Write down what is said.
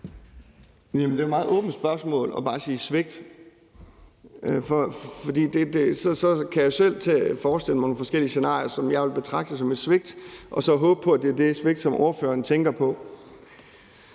Det er meget åbent bare at sige svigt. For så kan jeg selv forestille mig nogle forskellige scenarier, som jeg vil betragte som svigt, og så håbe på, at det er den slags svigt, som ordføreren tænker på.